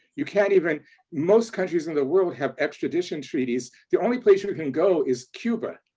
you can't even most countries in the world have extradition treaties, the only place you but can go is cuba,